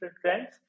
trends